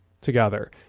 together